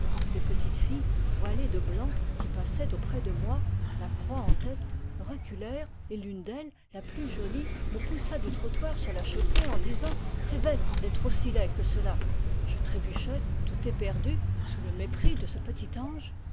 des petites filles voilées de blanc qui passaient auprès de moi la croix en tête reculèrent et l'une d'elles la plus jolie me poussa du trottoir sur la chaussée en disant c'est bête d'être aussi laid que celai je trébuchai tout éperdu sous le mépris de ce petit ange